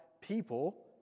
people